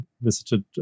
visited